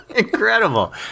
incredible